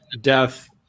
Death